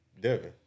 Devin